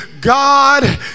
God